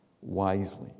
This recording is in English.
wisely